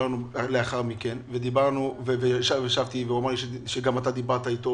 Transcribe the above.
דיברנו גם לאחר מכן וישבתי אתו והוא אמר לי שגם אתה דיברת אתו.